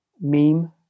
meme